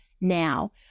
now